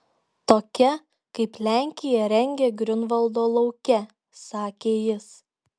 tokia kaip lenkija rengia griunvaldo lauke sakė jis